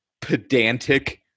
pedantic